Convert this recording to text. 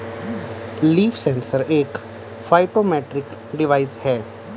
leaf sensor एक phytometric device है